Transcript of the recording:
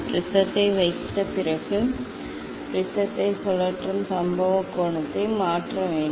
ப்ரிஸத்தை வைத்த பிறகு ப்ரிஸத்தை சுழற்றும் சம்பவ கோணத்தை மாற்ற வேண்டும்